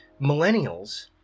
Millennials